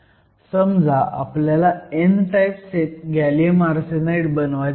समजा आपल्याला n type gallium arsenide बनवायचा आहे